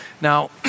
Now